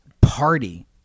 party